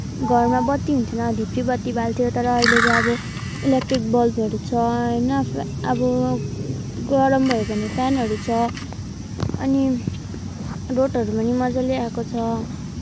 घरमा बत्ती हुन्थेन ढिब्री बत्ती बाल्थ्यो तर अहिले त अब इलेक्ट्रिक बल्बहरू छ होइन अब गरम भयो भने फेनहरू छ अनि रोडहरू पनि मजाले आएको छ